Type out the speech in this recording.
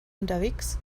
unterwegs